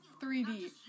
3D